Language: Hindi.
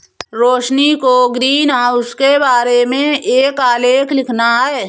रोशिनी को ग्रीनहाउस के बारे में एक आलेख लिखना है